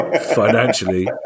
financially